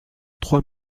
trois